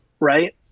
Right